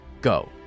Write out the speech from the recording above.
Go